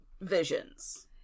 visions